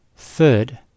Third